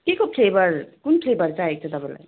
केको फ्लेभर कुन फ्लेभर चाहिएको छ तपाईँलाई